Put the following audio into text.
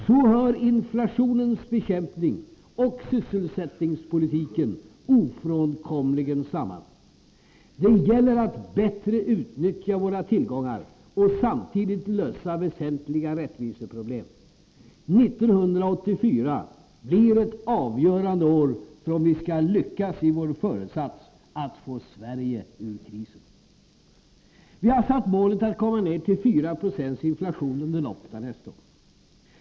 Så hör inflationens bekämpning och sysselsättningspolitiken ofrånkomligen samman. Det gäller att bättre utnyttja våra tillgångar och samtidigt lösa väsentliga rättviseproblem. 1984 blir ett avgörande år för om vi skall lyckas i vår föresats att få Sverige ur krisen. Vi har målet att komma ner till en inflation på 4 26 under loppet av nästa år.